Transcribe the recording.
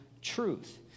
truth